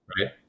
right